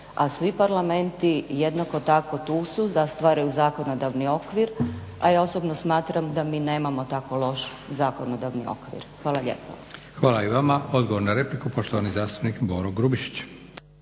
A svi parlamenti jednako tako tu su da stvaraju zakonodavni okvir, a ja osobno smatram da mi nemamo tako loš zakonodavni okvir. Hvala lijepa. **Leko, Josip (SDP)** Hvala i vama. Odgovor na repliku poštovani zastupnik Boro Grubišić.